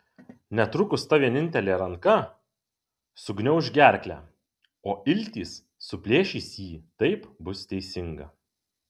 netrukus ta vienintelė ranka sugniauš gerklę o iltys suplėšys jį taip bus teisinga